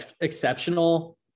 exceptional